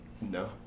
No